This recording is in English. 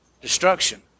destruction